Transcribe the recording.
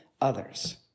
others